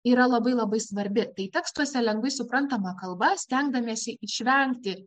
yra labai labai svarbi tai tekstuose lengvai suprantama kalba stengdamiesi išvengti